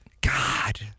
God